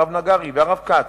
הרב נגרי והרב כץ,